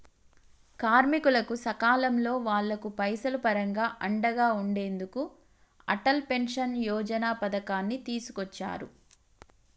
కార్మికులకు సకాలంలో వాళ్లకు పైసలు పరంగా అండగా ఉండెందుకు అటల్ పెన్షన్ యోజన పథకాన్ని తీసుకొచ్చారు